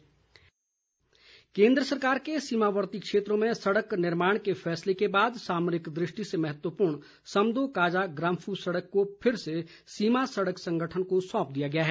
समदो ग्राम्फू सड़क केन्द्र सरकार के सीमावर्ती क्षेत्रों में सड़क निर्माण के फैसले के बाद सामरिक दृष्टि से महत्वपूर्ण समदो काजा ग्राम्फू सड़क को फिर से सीमा सड़क संगठन को सौंप दिया गया है